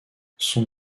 son